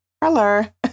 color